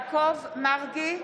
מרגי,